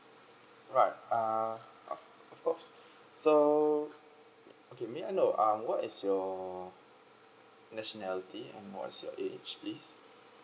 alright uh o~ of course so okay may I know um what is your nationality and what's your age please